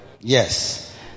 yes